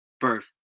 birth